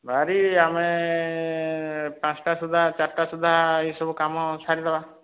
ବାହାରି ଆମେ ପାଞ୍ଚଟା ସୁଦ୍ଧା ଚାରିଟା ସୁଦ୍ଧା ଏହି ସବୁ କାମ ସାରିଦେବା